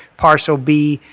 parcel b,